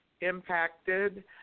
impacted